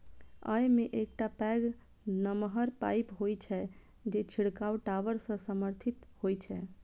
अय मे एकटा पैघ नमहर पाइप होइ छै, जे छिड़काव टावर सं समर्थित होइ छै